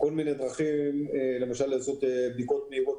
דרכים לבדיקות מהירות,